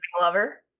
lover